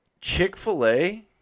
Chick-fil-A